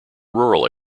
rural